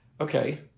Okay